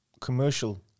commercial